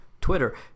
twitter